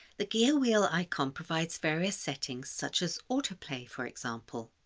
the gear wheel icon provides various settings such as autoplay for example.